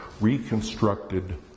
reconstructed